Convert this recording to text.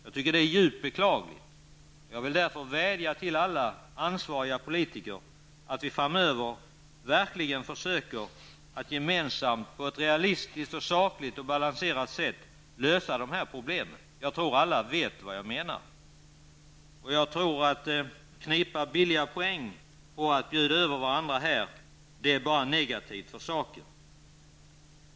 Det tycker jag är djupt beklagligt och vill därför vädja till alla ansvariga politiker att framöver verkligen försöka att gemensamt samt på ett realistiskt, sakligt och balanserat sätt lösa dessa problem. Jag tror att alla vet vad jag menar. Att knipa billiga poäng på att bjuda över varandra är bara negativt för saken.